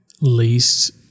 least